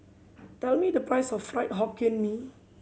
tell me the price of Fried Hokkien Mee